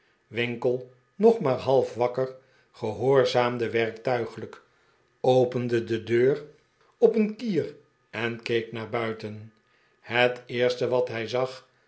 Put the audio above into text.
winkle op r trok haastig zijn kousen en pantoffels aan stak een kier en keek naar buiten het eerste wat hij zag